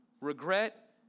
regret